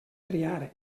triar